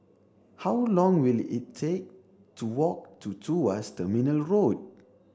how long will it take to walk to Tuas Terminal Road